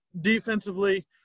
defensively